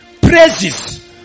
praises